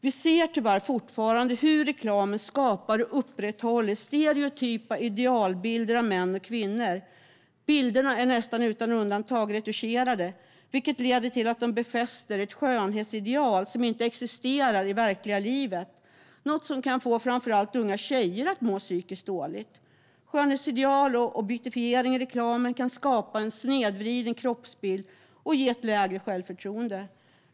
Vi ser tyvärr fortfarande hur reklamen skapar och upprätthåller stereotypa idealbilder av män och kvinnor. Bilderna är nästan utan undantag retuscherade, vilket leder till att de befäster ett skönhetsideal som inte existerar i verkliga livet, något som kan få framför allt unga tjejer att må psykiskt dåligt. Skönhetsideal och objektifiering i reklam kan skapa en snedvriden kroppsbild och ge ett lägre självförtroende.